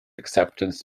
acceptance